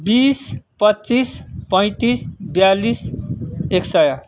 बिस पच्चिस पैँतिस बयालीस एक सय